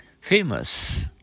Famous